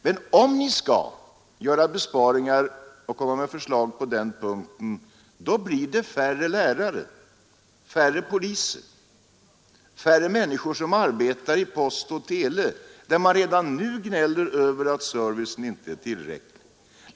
Men om ni skall göra besparingar då blir det färre lärare, färre poliser, färre människor som arbetar inom post och tele, där man redan nu gnäller över att servicen inte är tillräcklig.